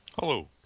Hello